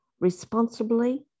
responsibly